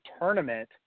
tournament